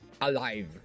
alive